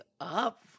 up